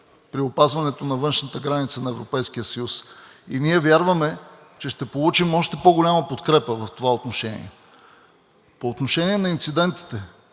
при опазването на външната граница на Европейския съюз и ние вярваме, че ще получим още по-голяма подкрепа в това отношение. По отношение на инцидентите.